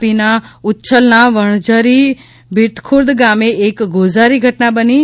તાપીમાં ઉચ્છલના વણઝરી ભીંતખુર્દ ગામે એક ગોઝારી ઘટના બની છે